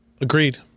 agreed